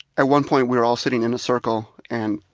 at one point we were all sitting in a circle and